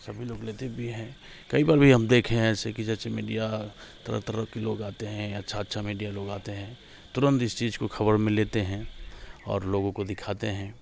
सभी लोग लेते भी हैं कई बार हम देखे हैं ऐसे कि जैसे मीडिया तरह तरह के लोग आते हैं अच्छा अच्छा मीडिया लोग आते हैं तुरंत इस चीज को खबर में लेते हैं और लोगों को दिखाते हैं